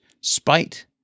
spite